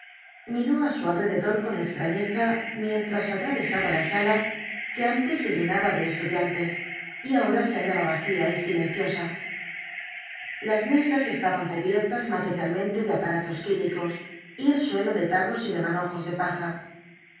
miró á su alrededor con extrañeza mientras atravesaba la sala que antes se llenaba de estudianincidente de la carta tes y ahora se hallaba vacía y silenciosa las mesas estaban cubiertas materialmente de aparatos químicos y el suelo de tarros y de manojos de paja